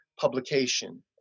publication